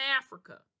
Africa